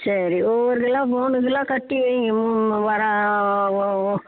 சரி ஒவ்வொரு கிலோ மூணு கிலோ கட்டி வையுங்க வர